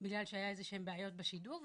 בגלל שהיה אילו שהן בעיות בשידור,